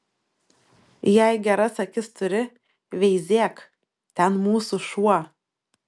jei geras akis turi veizėk ten mūsų šuo